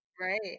Right